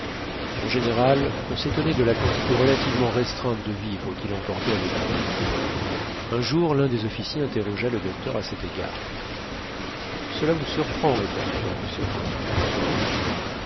en général on s'étonnait de la quantité relativement restreinte de vivres qu'il emportait avec lui un jour l'un des officiers interrogea le docteur à cet égard cela vous surprend répondit fergusson sans doute